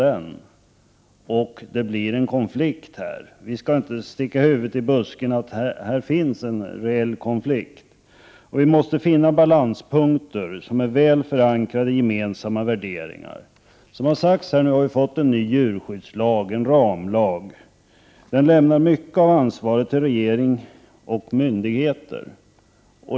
Det blir en reell konflikt — vi skall inte sticka huvudet i busken inför det. Vi måste finna balanspunkter som är väl förankrade i gemensamma värderingar. Vi har, som har sagts här, fått en ny djurskyddslag, en ramlag, och den lämnar mycket av ansvaret till regering och myndigheter.